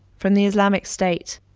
from the islamic state,